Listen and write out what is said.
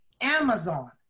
Amazon